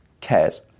cares